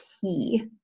key